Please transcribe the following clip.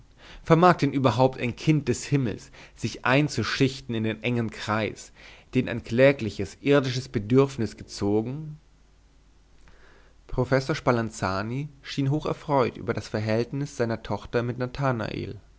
vermag denn überhaupt ein kind des himmels sich einzuschichten in den engen kreis den ein klägliches irdisches bedürfnis gezogen professor spalanzani schien hocherfreut über das verhältnis seiner tochter mit nathanael